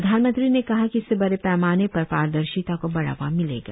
प्रधानमंत्री ने कहा कि इससे बड़े पैमाने पर पारदर्शिता को बढावा मिलेगा